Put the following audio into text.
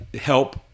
help